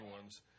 ones